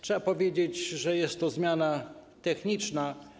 Trzeba powiedzieć, że jest to zmiana techniczna.